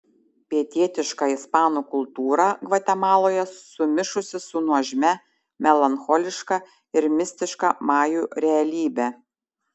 pietietiška ispanų kultūra gvatemaloje sumišusi su nuožmia melancholiška ir mistiška majų realybe